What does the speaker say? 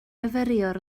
myfyriwr